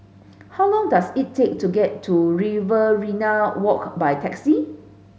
how long does it take to get to Riverina Walk by taxi